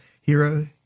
hero